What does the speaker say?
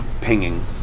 pinging